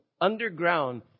Underground